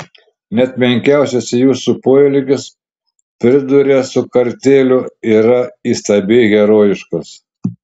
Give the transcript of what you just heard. net menkiausias jūsų poelgis priduria su kartėliu yra įstabiai herojiškas